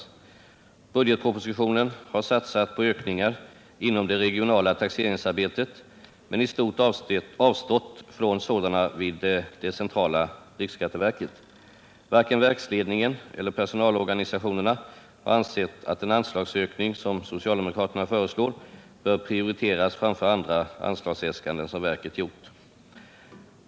I budgetpropositionen har det satsats på ökningar inom det regionala taxeringsarbetet, medan man i stort avstått från sådana vid det centrala riksskatteverket. Varken verksledningen eller personalorganisationerna har ansett att den anslagsökning som socialdemokraterna föreslår bör prioriteras framför andra anslagsäskanden som verket gjort.